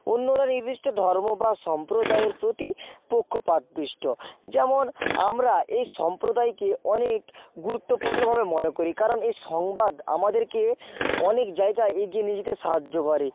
অন্যরা নির্দিষ্ট ধর্ম বা সম্প্রদায়ের প্রতি পক্ষপাতদুষ্ট যেমন আমরা এই সম্প্রদায়কে অনেক গুরুত্বপূর্ণভাবে মনে করি কারণ এই সংবাদ আমাদেরকে অনেক জায়গায় এগিয়ে নিয়ে যেতে সাহায্য করে